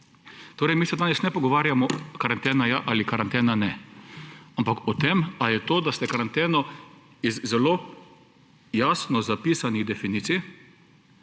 Torej mi se danes ne pogovarjamo karantena ja ali karantena ne. Ampak o tem, ali je to, da ste karanteno iz zelo jasno zapisanih definicij